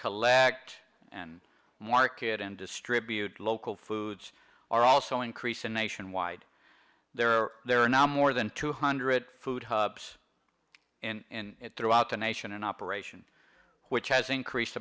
kalat and market and distribute local foods are also increasing nationwide there are there are now more than two hundred food hubs in throughout the nation and operation which has increased